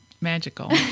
magical